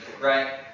right